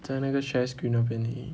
在那个 share screen 那边你